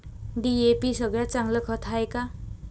DAP सगळ्यात चांगलं खत हाये का?